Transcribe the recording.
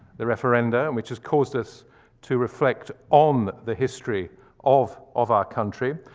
the referenda, which has caused us to reflect on the history of of our country.